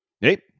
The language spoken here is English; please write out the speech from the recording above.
Hey